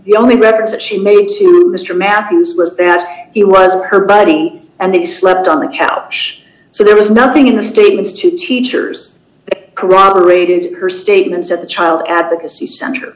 the only records that she made to mr matthews that he wasn't her body and they slept on a couch so there was nothing in the statements to teachers corroborated her statements that the child advocacy center